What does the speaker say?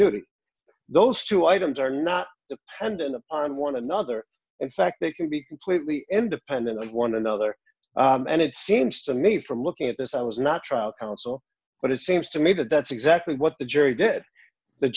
duty those two items are not dependent upon one another in fact they can be completely end dependent on one another and it seems to me from looking at this i was not trial counsel but it seems to me that that's exactly what the jury did the